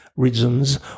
reasons